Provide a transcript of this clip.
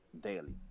daily